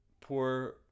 Poor